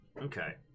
Okay